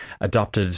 adopted